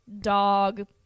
dog